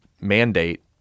mandate